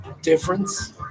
Difference